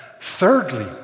Thirdly